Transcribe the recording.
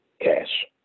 Cash